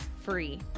free